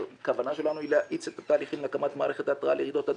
הכוונה שלנו היא להאיץ את התהליכים להקמת מערכת התרעה לרעידות אדמה,